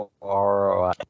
ROI